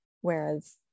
whereas